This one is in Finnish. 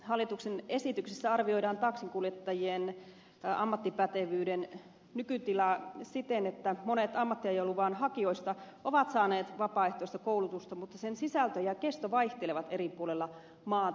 hallituksen esityksessä arvioidaan taksinkuljettajien ammattipätevyyden nykytilaa siten että monet ammattiajoluvan hakijoista ovat saaneet vapaaehtoista koulutusta mutta sen sisältö ja kesto vaihtelevat eri puolilla maata